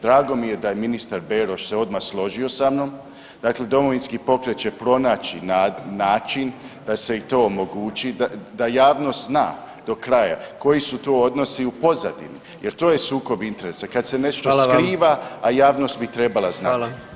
Drago mi je da je ministar Beroš se odmah složio sa mnom, dakle Domovinski pokret će pronaći način da se i to omogući, da javnost zna do kraja koji su to odnosi u pozadini jer to je sukob interesa kad se nešto skriva, a javnost bi trebala znati.